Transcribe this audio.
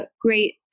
great